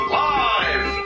live